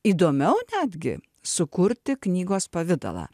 įdomiau netgi sukurti knygos pavidalą